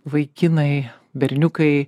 vaikinai berniukai